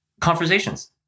conversations